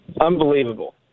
Unbelievable